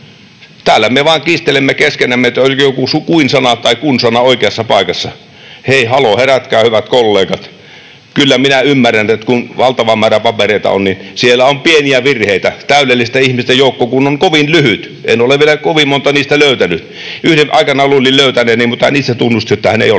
Täällä me vain kiistelemme keskenämme, onko joku kuin-sana tai kun-sana oikeassa paikassa. Hei haloo, herätkää hyvät kollegat! Kyllä minä ymmärrän: kun valtava määrä papereita on, niin siellä on pieniä virheitä. Täydellisten ihmisten joukko kun on kovin lyhyt, en ole vielä kovin montaa niistä löytänyt. Yhden aikanaan luulin löytäneeni, mutta niin se tunnusti, että hän ei ole,